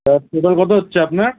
তা টোটাল কতো হচ্ছে আপনার